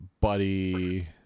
buddy